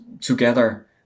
together